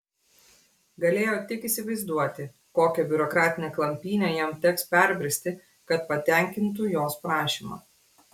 galėjo tik įsivaizduoti kokią biurokratinę klampynę jam teks perbristi kad patenkintų jos prašymą